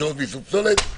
תקשורת ואיסוף פסולת".